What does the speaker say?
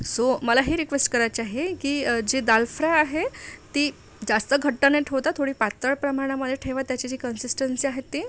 so मला ही request करायची आहे की जे दाल फ्राय आहे ती जास्त घट्ट न ठेवता थोडी पातळ प्रमाणामध्ये ठेवा त्याची जी कंसिस्टंसी आहे ते